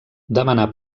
demanà